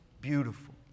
beautiful